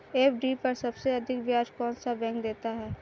FD पर सबसे अधिक ब्याज कौन सा बैंक देता है?